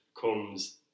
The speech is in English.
comes